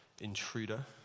intruder